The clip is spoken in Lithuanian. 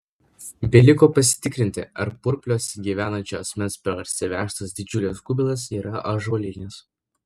beliko pasitikrinti ar purpliuose gyvenančio asmens parsivežtas didžiulis kubilas yra ąžuolinis